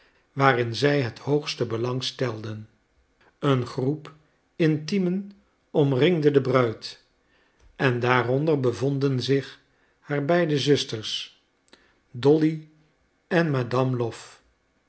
waarin zij het hoogste belang stelden een groep intiemen omringde de bruid en daaronder bevonden zich haar beide zusters dolly en madame lwof